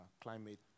climate